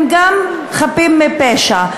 שהם גם חפים מפשע,